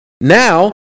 Now